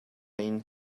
энэ